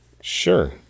Sure